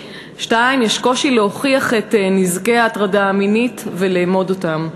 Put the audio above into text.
2. יש קושי להוכיח את נזקי ההטרדה המינית ולאמוד אותם,